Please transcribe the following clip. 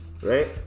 right